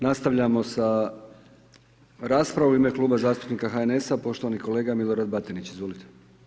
Nastavljamo sa raspravom, u ime Kluba zastupnika HNS-a poštovani kolega Milorad Batinić, izvolite.